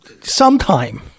sometime